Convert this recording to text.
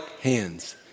hands